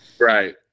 right